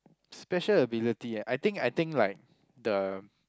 special ability I think I think like the